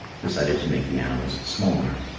decided to make the animals smaller.